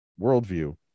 worldview